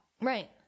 Right